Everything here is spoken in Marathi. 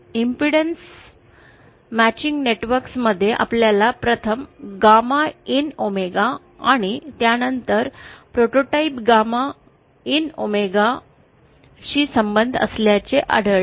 इम्पेडन्स मॅचिंग नेटवर्क मध्ये आपल्याला प्रथम गॅमा इन ओमेगा आणि त्यानंतर प्रोटोटाइप गॅमा इन ओमेगा शी संबंध असल्याचे आढळले